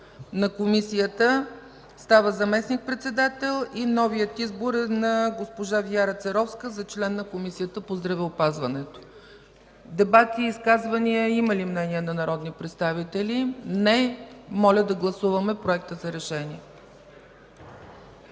на Комисията, става заместник-председател. Новият избор е на госпожа Вяра Церовска за член на Комисията по здравеопазването. Дебати, изказвания – има ли мнения на народни представители? Не. Моля да гласуваме Проекта за решение.